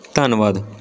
ਧੰਨਵਾਦ